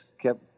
kept